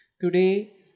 today